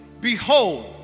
behold